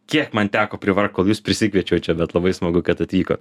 kiek man teko privargt kol jus prisikviečiau čia bet labai smagu kad atvykot